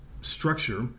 structure